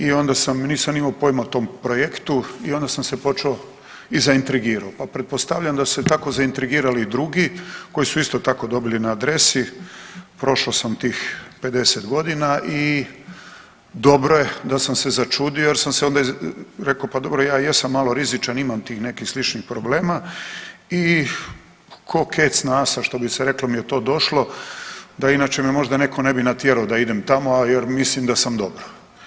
I onda sam, nisam imao pojma o tom projektu i onda sam se počeo i zaintrigirao, pa pretpostavljam da su se tako zaintrigirali i drugi koji su isto tako dobili na adresi, prošao sam tih 50.g. i dobro je da sam se začudio jer sam se onda, reko pa dobro ja jesam malo rizičan, imam tih nekih sličnih problema i ko kec na asa što bi se reklo mi je to došlo da inače me možda neko ne bi natjerao da idem tamo jer mislim da sam dobro.